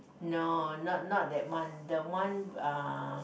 no not not that one the one uh